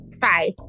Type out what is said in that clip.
five